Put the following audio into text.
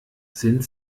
sind